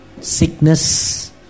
sickness